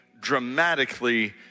dramatically